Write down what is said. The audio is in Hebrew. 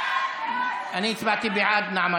אני הצבעתי בעד נעמה